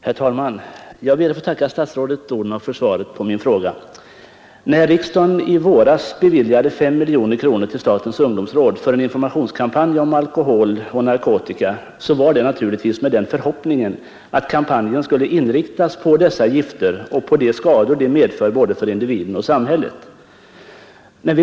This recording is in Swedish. Herr talman! Jag ber att få tacka statsrådet fru Odhnoff för svaret på min fråga. När riksdagen i våras beviljade 5 miljoner kronor till statens ungdoms råd för en informationskampanj om alkoholoch narkotika, var det naturligtvis med den förhoppningen att kampanjen skulle inriktas på dessa gifter och de skador de medför både för individen och för samhället.